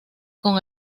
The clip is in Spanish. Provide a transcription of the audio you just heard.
con